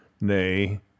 Nay